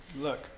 Look